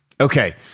okay